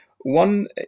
One